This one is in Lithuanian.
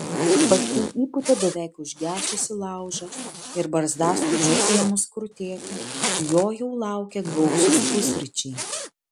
paskui įpūtė beveik užgesusį laužą ir barzdaskučiui ėmus krutėti jo jau laukė gausūs pusryčiai